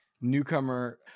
newcomer